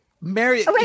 Mary